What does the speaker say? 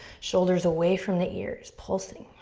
shoulders away from the ears, pulsing.